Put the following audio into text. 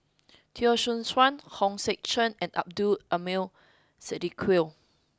Teo Soon Chuan Hong Sek Chern and Abdul Aleem Siddique